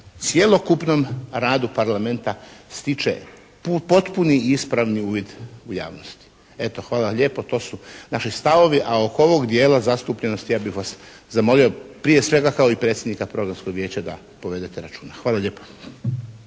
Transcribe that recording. cjelokupnom radu Parlamenta stiče potpuni i ispravni uvid u javnosti. Eto, hvala vam lijepo. To su naši stavovi, a oko ovog dijela zastupljenosti ja bih vas zamolio prije svega kao i predsjednika Programskog vijeća da povedete računa. Hvala lijepo.